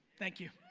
thank you.